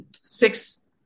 Six